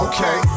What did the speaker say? Okay